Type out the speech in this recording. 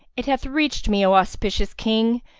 it hath reached me, o auspicious king,